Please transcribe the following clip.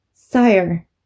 Sire